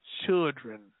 children